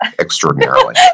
extraordinarily